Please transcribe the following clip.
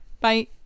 bye